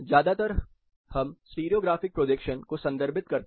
ज्यादातर हम stereographic projection को संदर्भित करते हैं